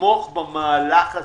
לתמוך במהלך הזה.